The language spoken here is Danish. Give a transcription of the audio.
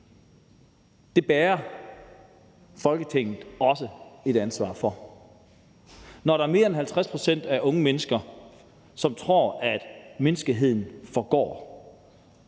det bærer Folketinget også et ansvar for. Når flere end 50 pct. af de unge mennesker tror, at menneskeheden forgår,